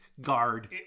guard